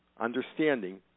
understanding